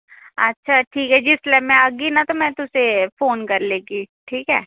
अच्छा ठीक ऐ जिसलै में आह्गी ना में तुसेंगी ते फोन करी लैगी ठीक ऐ